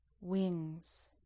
Wings